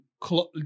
close